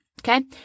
okay